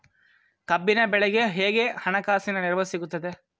ಕಬ್ಬಿನ ಬೆಳೆಗೆ ಹೇಗೆ ಹಣಕಾಸಿನ ನೆರವು ಸಿಗುತ್ತದೆ?